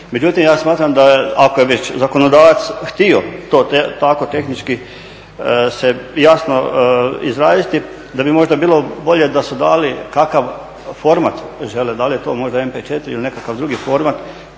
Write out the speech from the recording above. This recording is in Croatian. Međutim, ja smatram da ako je već zakonodavac htio to tako tehnički se jasno izraziti da bi možda bilo bolje da su dali kakav format koji žele, da li je to možda MP4 ili nekakav drugi format